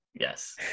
yes